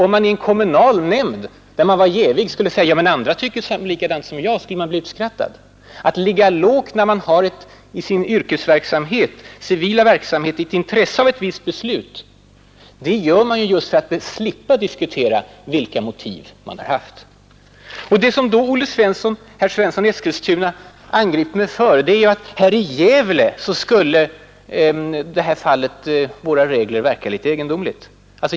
Om man i en kommunal nämnd, där man är jävig, skulle skylla på att andra tycker likadant som man själv, skulle man bli utskrattad. Man bör ligga lågt, när man i sin civila yrkesverksamhet har ett intresse av ett visst beslut, just för att slippa diskutera vilka motiv man har haft. Det som herr Svensson i Eskilstuna angriper mig för är att i Gävle skulle folkpartiets regler verka litet egendomligt.